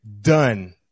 done